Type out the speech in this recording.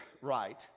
right